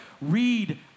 read